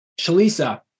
Shalisa